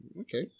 Okay